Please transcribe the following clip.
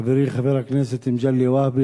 חברי חבר הכנסת מגלי והבה,